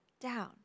down